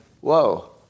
whoa